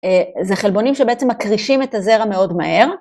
זה חלבונים שבעצם מקרישים את הזרע מאוד מהר.